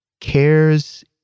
cares